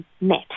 met